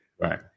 Right